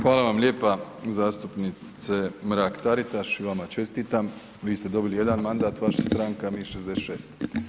Hvala vam lijepa zastupnice Mrak Taritaš i vama čestitam, vi ste dobili jedan mandat, vaša stranka, mi 66.